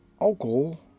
Alcohol